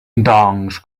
doncs